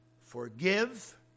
forgive